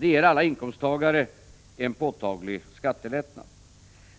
Det ger alla inkomsttagare en påtaglig skattelättnad.